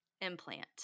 implant